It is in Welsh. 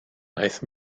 aeth